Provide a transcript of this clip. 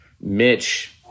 Mitch